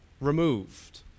removed